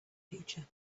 future